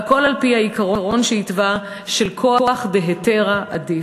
והכול על-פי העיקרון שהתווה, של כוח דהיתרא עדיף.